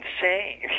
insane